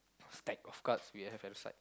stack of cards we have at the side